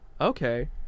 Okay